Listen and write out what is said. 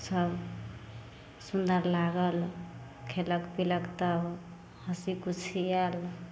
सब सुन्दर लागल खेलक पीलक तब हँसी खुशी आयल